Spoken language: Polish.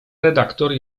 redaktor